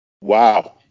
Wow